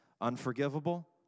Unforgivable